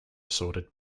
assorted